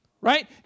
right